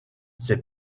ses